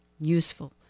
useful